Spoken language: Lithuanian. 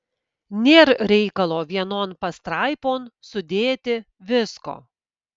nėr reikalo vienon pastraipon sudėti visko